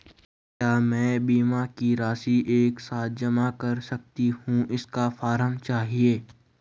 क्या मैं बीमा की राशि एक साथ जमा कर सकती हूँ इसका फॉर्म चाहिए?